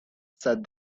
said